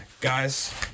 guys